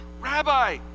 Rabbi